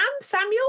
Samuel